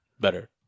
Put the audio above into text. better